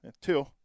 Two